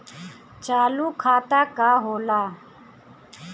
चालू खाता का होला?